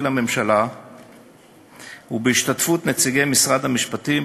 לממשלה ובהשתתפות נציגי משרד המשפטים,